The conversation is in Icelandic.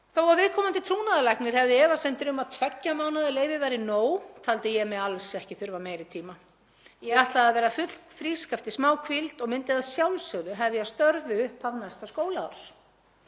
Þó að viðkomandi trúnaðarlæknir hefði efasemdir um að tveggja mánaða leyfi væri nóg taldi ég mig alls ekki þurfa meiri tíma. Ég ætlaði að verða fullfrísk eftir smá hvíld og myndi að sjálfsögðu hefja störf við upphaf næsta skólaárs.